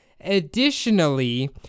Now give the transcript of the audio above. Additionally